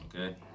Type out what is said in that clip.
Okay